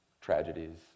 tragedies